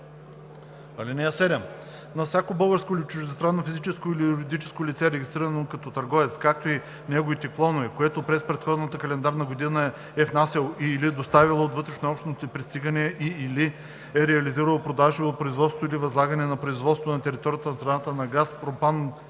нефт. (7) На всяко българско или чуждестранно физическо или юридическо лице, регистрирано като търговец, както и неговите клонове, което през предходната календарна година е внасяло и/или доставяло от вътрешнообщностни пристигания и/или е реализирало продажби от производство или възлагане на производство на територията на страната на газ пропан,